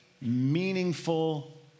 meaningful